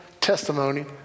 testimony